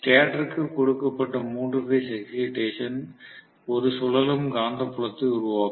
ஸ்டேட்டருக்கு கொடுக்கப்பட்ட மூன்று phase excitation ஒரு சுழலும் காந்தப்புலத்தை உருவாக்கும்